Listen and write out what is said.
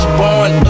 born